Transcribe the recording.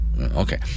Okay